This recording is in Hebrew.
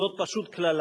זאת פשוט קללה.